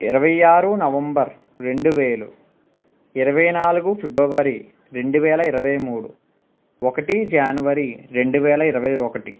ఇరవై ఆరు నవంబర్ రెండు వేలు ఇరవై నాలుగు ఫిబ్రవరి రెండు వేల ఇరవై మూడు ఒకటి జనవరి రెండు వేల ఇరవై ఒకటి